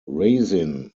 resin